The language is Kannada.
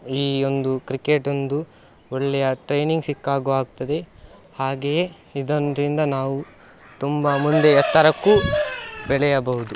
ಈ ಒಂದು ಕ್ರಿಕೆಟ್ ಒಂದು ಒಳ್ಳೆಯ ಟ್ರೈನಿಂಗ್ ಸಿಕ್ಕಾಗೂ ಆಗ್ತದೆ ಹಾಗೆಯೇ ಇದು ಒಂದರಿಂದ ನಾವು ತುಂಬ ಮುಂದೆ ಎತ್ತರಕ್ಕೂ ಬೆಳೆಯಬಹುದು